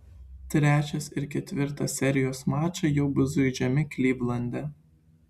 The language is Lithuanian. trečias ir ketvirtas serijos mačai jau bus žaidžiami klivlande